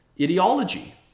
ideology